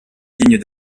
dignes